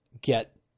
get